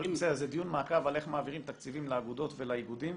אבל זה דיון מעקב על איך מעבירים תקציבים לאגודות ולאיגודים.